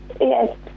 Yes